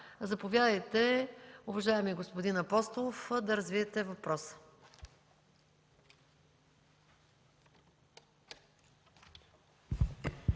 Заповядайте, уважаеми господин Апостолов, да развиете въпроса.